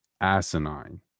asinine